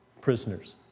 prisoners